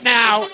now